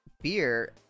beer